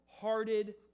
hearted